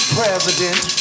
president